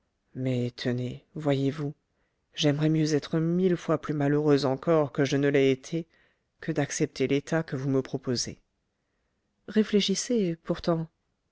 mais tenez voyez-vous j'aimerais mieux être mille fois plus malheureux encore que je ne l'ai été que d'accepter l'état que vous me proposez réfléchissez pourtant